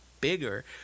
bigger